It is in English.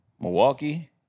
Milwaukee